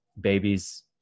babies